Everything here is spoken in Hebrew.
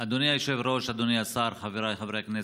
אדוני היושב-ראש, אדוני השר, חבריי חברי הכנסת,